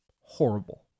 horrible